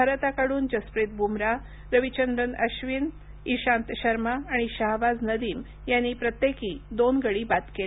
भारताकडून जसप्रीत बुमराह रविचंद्रन अबिन इशांत शर्मा आणि शाहबाज नदीम यांनी प्रत्येकी दोन गडी बाद केले